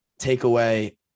takeaway